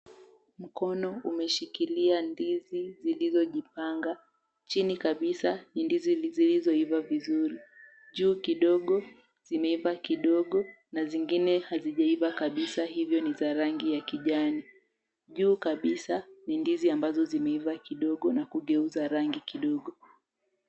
Mkono umeshikilia ndizi zilizojipanga. Chini kabisa ni ndizi zilizoiva vizuri. Juu kidogo zimeiva kidogo na zingine hazijaiva kabisa hivyo ni za rangi ya kijani. Juu kabisa ni ndizi ambazo zimeiva kidogo na kugeuza rangi kidogo.